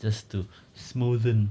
just to smoothen